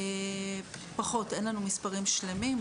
אין לנו מספרים שלמים.